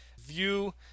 view